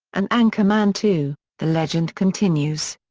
and anchorman two the legend continues.